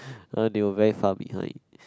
uh they were very far behind